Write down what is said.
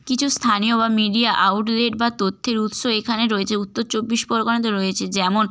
কিছু স্থানীয় বা মিডিয়া আউটলেট বা তথ্যের উৎস এখানে রয়েছে উত্তর চব্বিশ পরগনাতে রয়েছে যেমন